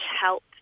help